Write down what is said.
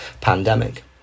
pandemic